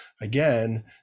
again